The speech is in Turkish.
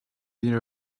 bir